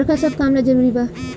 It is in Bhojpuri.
बरखा सब काम ला जरुरी बा